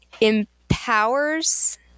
empowers